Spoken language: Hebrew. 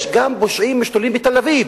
יש גם פושעים משתוללים בתל-אביב.